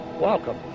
welcome